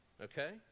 okay